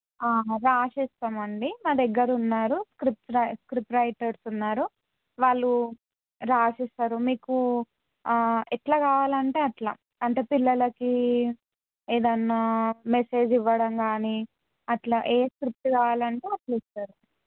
వ్రాపిస్తాము అండి మా దగ్గర ఉన్నారు స్క్రిప్ట్ రైట్ స్క్రిప్ట్ రైటర్స్ ఉన్నారు వాళ్ళు వ్రాసిస్తారు మీకు ఎట్ల కావాలంటే అట్లా అంటే పిల్లలకి ఏదైనా మెసేజ్ ఇవ్వడం కానీ అట్ల ఏ స్క్రిప్ట్ కావాలి అంటే అట్లా ఇస్తారు